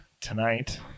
Tonight